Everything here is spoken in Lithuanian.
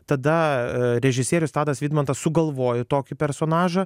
tada režisierius tadas vidmantas sugalvojo tokį personažą